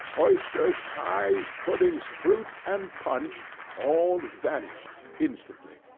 oysters, pies, puddings, fruit, and punch, all vanished instantly.